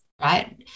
right